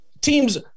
teams